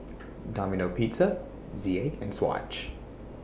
Domino Pizza Z A and Swatch